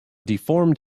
deformed